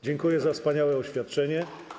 Dziękuję za wspaniałe oświadczenie.